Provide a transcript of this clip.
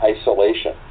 isolation